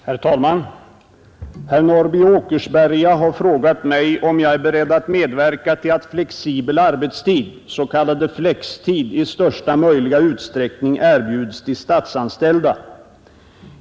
Herr talman! Herr Norrby i Åkersberga har frågat mig om jag är beredd att medverka till att flexibel arbetstid, s.k. flextid, i största möjliga utsträckning erbjuds de statsanställda.